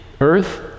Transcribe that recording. earth